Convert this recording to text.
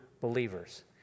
believers